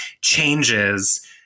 changes